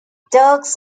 turks